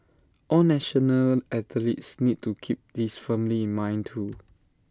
all national athletes need to keep this firmly in mind too